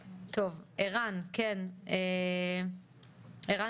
כן, ערן